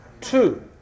two